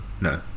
No